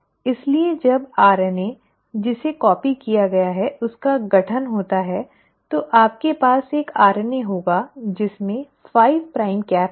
इसलिए जब RNA जिसे कॉपी किया गया है उस का गठन होता है तो आपके पास एक RNA होगा जिसमें 5 प्राइम कैप होगा